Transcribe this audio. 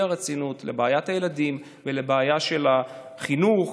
הרצינות לבעיית הילדים ולבעיות החינוך,